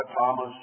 Thomas